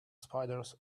spiders